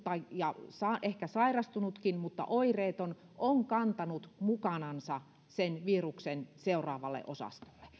ja ehkä sairastunutkin mutta oireeton on kantanut mukanansa sen viruksen seuraavalle osastolle